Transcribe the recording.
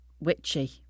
Witchy